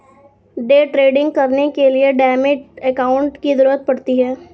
day trading करने के लिए डीमैट अकांउट की जरूरत पड़ती है